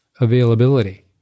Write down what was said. availability